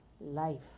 life